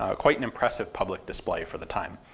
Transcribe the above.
ah quite an impressive public display for the time.